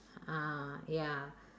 uh ya